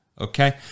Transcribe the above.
Okay